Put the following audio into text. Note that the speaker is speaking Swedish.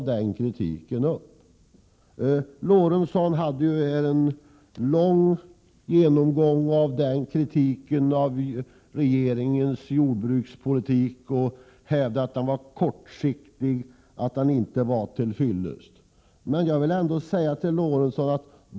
Sven Eric Lorentzon gjorde en lång genomgång av kritiken mot regeringens jordbrukspolitik och hävdade att regeringens politik var kortsiktig och inte till fyllest.